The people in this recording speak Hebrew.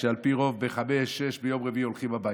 כשעל פי רוב ב-18:00-17:00 ביום רביעי הולכים הביתה.